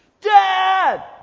Dad